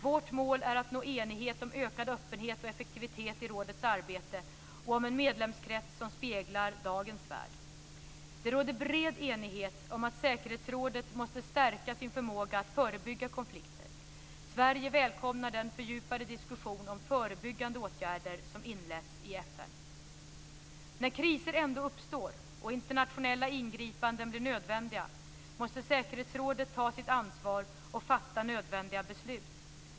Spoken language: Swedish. Vårt mål är att nå enighet om ökad öppenhet och effektivitet i rådets arbete och om en medlemskrets som speglar dagens värld. Det råder bred enighet om att säkerhetsrådet måste stärka sin förmåga att förebygga konflikter. Sverige välkomnar den fördjupade diskussion om förebyggande åtgärder som inletts i FN. När kriser ändå uppstår och internationella ingripanden blir nödvändiga måste säkerhetsrådet ta sitt ansvar och fatta nödvändiga beslut.